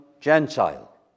Gentile